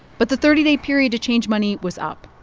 but the thirty day period to change money was up.